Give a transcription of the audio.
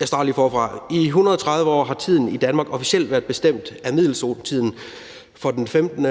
Jens Meilvang (LA): I 130 år har tiden i Danmark officielt været bestemt af middelsoltiden for den 15.